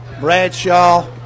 Bradshaw